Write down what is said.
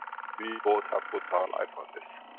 we both have put our lives on this.